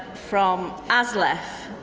from aslef.